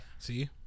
See